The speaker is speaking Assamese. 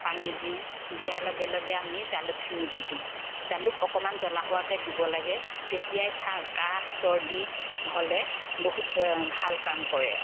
পানী দিওঁ দিয়াৰ লগে লগে আমি জালুকখিনি দি দিওঁ জালুক অকণমান জ্বলা হোৱাকৈ দিব লাগে তেতিয়াই চা কাহ চৰ্দি হ'লে বহুত ভাল কাম কৰে